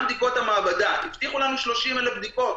בדיקות מעבדה הבטיחו לנו 30,000 בדיקות.